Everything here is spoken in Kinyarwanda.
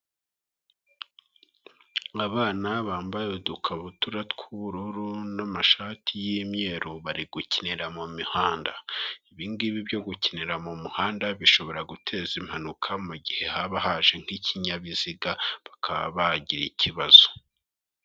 Abana bambaye udukabutura tw'ubururu n'amashati y'imyeru, bari gukinira mu muhanda, ibingibi byo gukinira mu muhanda bishobora guteza impanuka, mu gihe haba haje nk'ikinyabiziga bakabagira ikibazo.